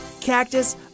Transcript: Cactus